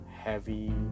heavy